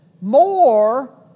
more